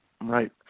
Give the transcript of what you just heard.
Right